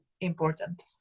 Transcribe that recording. important